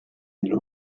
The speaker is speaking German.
den